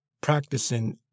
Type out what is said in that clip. practicing